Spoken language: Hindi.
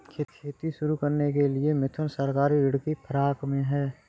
खेती शुरू करने के लिए मिथुन सहकारी ऋण की फिराक में है